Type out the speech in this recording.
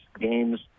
games